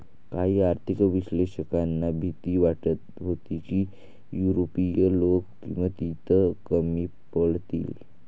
काही आर्थिक विश्लेषकांना भीती वाटत होती की युरोपीय लोक किमतीत कमी पडतील